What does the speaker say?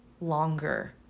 longer